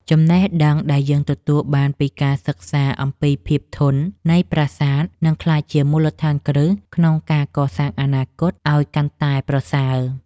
ចំណេះដឹងដែលយើងទទួលបានពីការសិក្សាអំពីភាពធន់នៃប្រាសាទនឹងក្លាយជាមូលដ្ឋានគ្រឹះក្នុងការកសាងអនាគតឱ្យកាន់តែប្រសើរ។